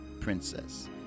princess